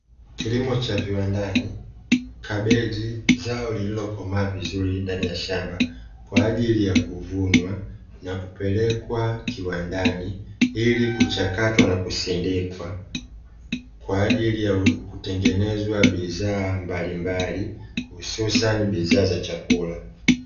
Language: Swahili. Kilimo cha viwandani kabechi zao lililokomaa vizuri ndani ya shamba kwa ajili ya kuvunwa na kupelekwa kiwandani, ilikuchakatwa na kusindikwa kwa ajili ya kutengenezwa bidhaa mbalimbali, hususa ni bidhaa za chakula.